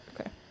Okay